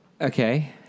Okay